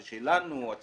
זה של הציבור?